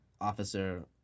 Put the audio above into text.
officer